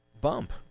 bump